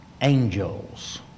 angels